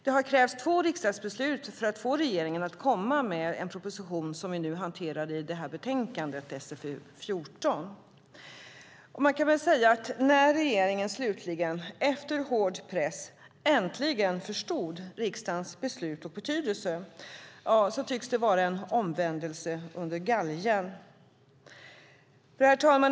Det har krävts två riksdagsbeslut för att få regeringen att komma med den proposition som vi nu hanterar i detta betänkande, SfUl4. När regeringen efter hård press äntligen förstått riksdagens beslut och betydelse tycks det vara en omvändelse under galgen. Herr talman!